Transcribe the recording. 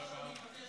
תגידי את, מה אנחנו?